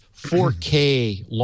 4K